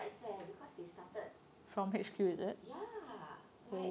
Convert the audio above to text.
actually quite sad eh because they started ya